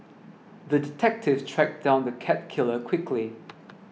the detective tracked down the cat killer quickly